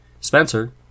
Spencer